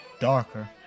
darker